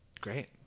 great